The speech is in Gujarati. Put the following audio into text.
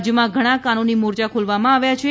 રાજ્યમાં ઘણા કાનુની મોરચા ખોલવામાં આવ્યા છે